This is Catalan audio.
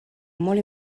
molt